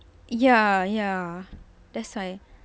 ya ya that's why